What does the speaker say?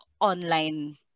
online